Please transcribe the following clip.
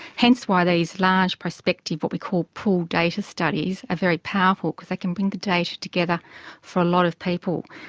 hence why these large, prospective what we call pooled data studies are very powerful, because they can bring data together for a lot of people.